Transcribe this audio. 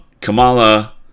Kamala